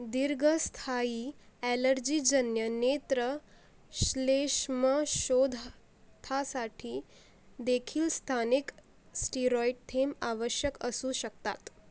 दीर्घस्थायी ॲलर्जीजन्य नेत्र श्लेष्म शोधाथासाठीदेखील स्थानिक स्टिरॉइड थेंब आवश्यक असू शकतात